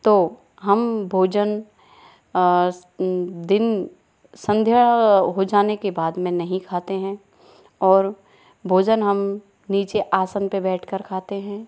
तो हम भोजन दिन संध्या हो जाने के बाद में नहीं खाते है और भोजन हम नीचे आसन पे बैठ कर खाते हैं